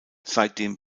seitdem